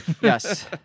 Yes